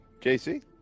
JC